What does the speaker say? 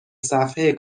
صفحه